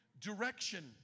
direction